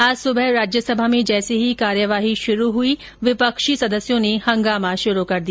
आज सुबह राज्यसभा में जैसे ही कार्यवाही शुरू हुई विपक्षी सदस्यों ने हंगामा शुरू कर दिया